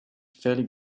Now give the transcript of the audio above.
fairly